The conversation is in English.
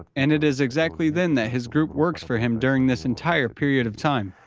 and it is exactly then that his group works for him during this entire period of time.